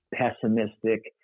pessimistic